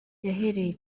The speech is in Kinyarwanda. yahereye